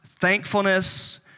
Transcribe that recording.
Thankfulness